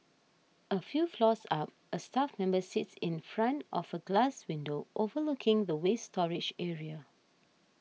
a few floors up a staff member sits in front of a glass window overlooking the waste storage area